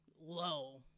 low